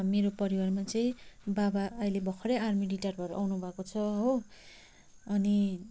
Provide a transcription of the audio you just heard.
मेरो परिवारमा चाहिँ बाबा अहिले भखरै आर्मी रिटायर भएर आउनुभएको छ हो अनि